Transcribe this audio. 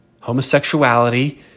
homosexuality